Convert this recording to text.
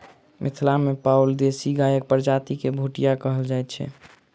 मिथिला मे पाओल देशी गायक प्रजाति के भुटिया कहल जाइत छै